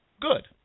Good